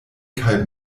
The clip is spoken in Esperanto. kaj